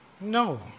No